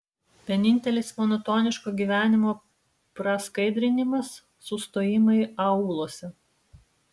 vienintelis monotoniško gyvenimo praskaidrinimas sustojimai aūluose